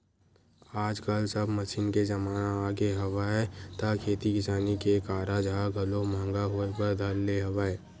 आजकल सब मसीन के जमाना आगे हवय त खेती किसानी के कारज ह घलो महंगा होय बर धर ले हवय